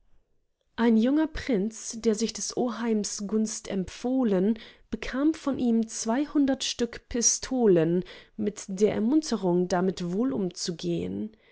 ein junger prinz der sich des oheims gunst empfohlen bekam von ihm zweihundert stück pistolen mit der ermunterung damit wohl umzugehn